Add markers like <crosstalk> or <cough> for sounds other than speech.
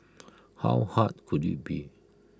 <noise> how hard could IT be